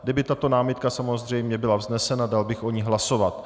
Kdyby tato námitka samozřejmě byla vznesena, dal bych o ní hlasovat.